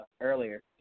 earlier